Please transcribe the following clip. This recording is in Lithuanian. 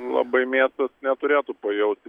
labai miestas neturėtų pajausti